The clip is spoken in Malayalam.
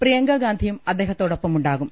പ്രിയങ്കാ ഗാന്ധിയും അദ്ദേഹത്തോടൊപ്പമുണ്ടാകും